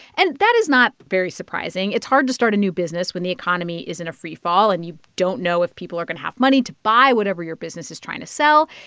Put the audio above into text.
and that is not very surprising. it's hard to start a new business when the economy is in a freefall and you don't know if people are going to have money to buy whatever your business is trying to sell.